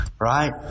Right